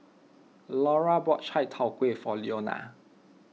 Lura bought Chai Tow Kway for Leona